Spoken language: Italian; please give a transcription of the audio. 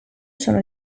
sono